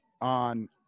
on